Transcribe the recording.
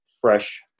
fresh